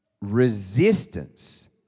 resistance